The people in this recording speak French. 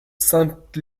sainte